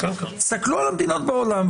תסתכלו על המדינות בעולם.